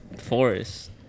Forest